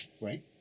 right